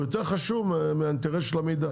הוא יותר חשוב מהאינטרס של המידע